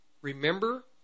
remember